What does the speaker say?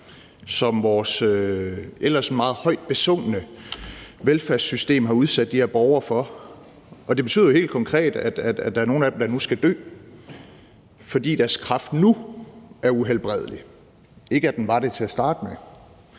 som vores ellers meget højt besungne velfærdssystem har udsat de her borgere for. Det betyder helt konkret, at der er nogle af dem, der nu skal dø, fordi deres kræft nu er uhelbredelig – det var den ikke til at starte med.